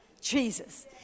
Jesus